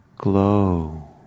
glow